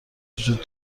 وجود